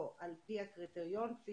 לא, על פי הקריטריון כפי